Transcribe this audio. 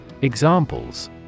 Examples